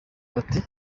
bati